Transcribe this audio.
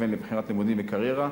הכוון לבחירת לימודים וקריירה,